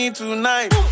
tonight